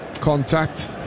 contact